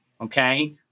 okay